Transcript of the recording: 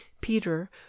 peter